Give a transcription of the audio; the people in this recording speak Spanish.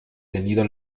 tenido